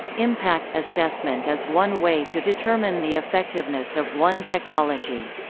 impact assessment is one way to determine the effectiveness of one technology.